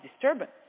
disturbance